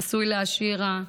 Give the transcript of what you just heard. נשוי לאשירה,